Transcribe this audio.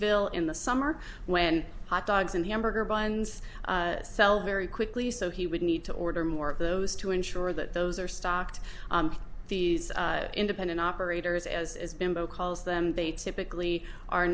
ville in the summer when hot dogs and hamburger buns sell very quickly so he would need to order more of those to ensure that those are stocked these independent operators as as bimbo calls them they typically are